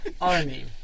army